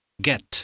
get